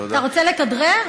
אתה רוצה לכדרר?